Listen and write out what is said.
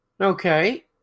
Okay